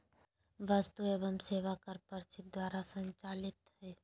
वस्तु एवं सेवा कर परिषद द्वारा संचालित हइ